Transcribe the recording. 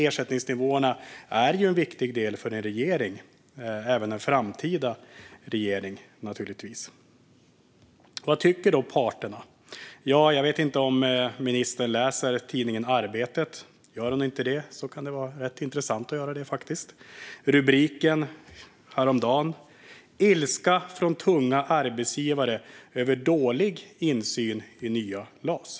Ersättningsnivåerna är en viktig fråga för en regering, givetvis även för en framtida regering. Vad tycker då parterna? Jag vet inte om ministern läser tidningen Arbetet. Om inte, så rekommenderar jag den. Häromdagen löd rubriken "Ilska från tunga arbetsgivare över dålig insyn i nya las".